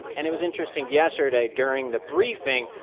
and it was interesting. yesterday during the briefing,